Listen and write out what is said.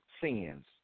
sins